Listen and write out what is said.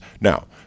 Now